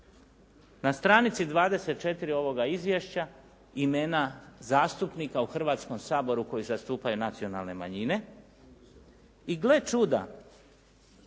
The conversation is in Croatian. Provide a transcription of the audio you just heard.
na stranici 24. ovoga izvješća imena zastupnika u Hrvatskom saboru koji zastupaju nacionalne manjine i gle čuda.